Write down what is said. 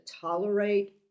tolerate